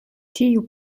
ĉiu